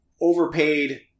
overpaid